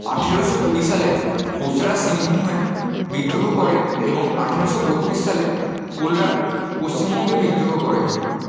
আঠারোশো কুড়ি সালে হোসরা সিংভূমে বিদ্রোহ করে এবং আঠারোশো বত্রিশ সালে কোলরা পশ্চিমবঙ্গে বিদ্রোহ করে